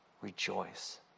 rejoice